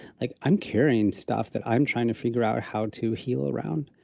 like i'm carrying stuff that i'm trying to figure out how to heal around,